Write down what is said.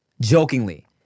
jokingly